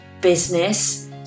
business